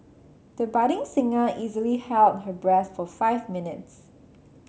the budding singer easily held her breath for five minutes